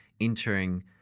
entering